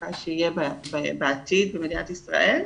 התעסוקה שיהיה בעתיד במדינת ישראל.